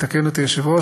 יתקן אותי היושב-ראש,